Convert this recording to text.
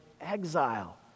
exile